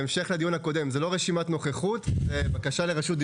אדוני היושב-ראש,